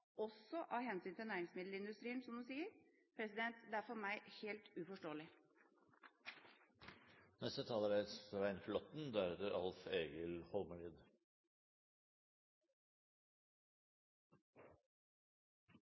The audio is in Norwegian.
også av hensyn til næringsmiddelindustrien, som de sier. Det er for meg helt